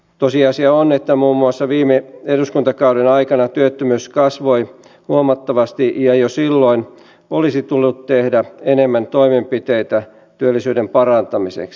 tosiasia on että muun muassa viime eduskuntakauden aikana työttömyys kasvoi huomattavasti ja jo silloin olisi tullut tehdä enemmän toimenpiteitä työllisyyden parantamiseksi